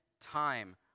time